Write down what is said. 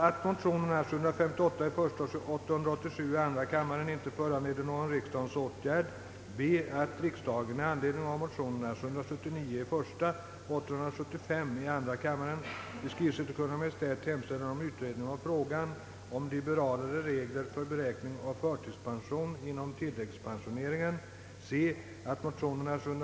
Definitionen för frihet måste ju vara att alla skall ha frihet, tycka vad de vill. Jag anhåller om ledighet från riksdagsarbetet den 10 och den 11 april för att deltaga i utrikesutskottets besök i Helsingfors samt den 13 till den 23 april för att deltaga i nedrustningsdelegationens arbete i Genéve.